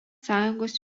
sąjungos